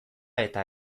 eta